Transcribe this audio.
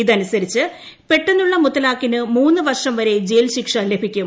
ഇതനുസരിച്ച് പെട്ടെന്നുളള മുത്തലാഖിന് മൂന്ന് വർഷംവരെ ജയിൽ ശിക്ഷ ലഭിക്കും